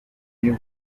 iyo